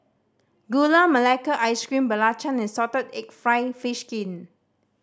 Gula Melaka Ice Cream belacan and salted egg fried fish skin